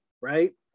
right